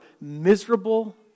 miserable